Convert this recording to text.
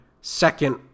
second